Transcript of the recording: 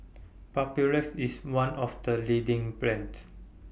Papulex IS one of The leading brands